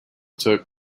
took